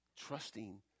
Trusting